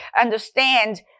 understand